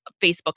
Facebook